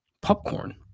popcorn